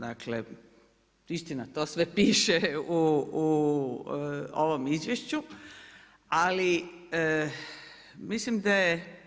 Dakle, istina to sve piše u ovom izvješću, ali mislim da je